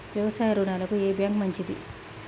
వ్యవసాయ రుణాలకు ఏ బ్యాంక్ మంచిది?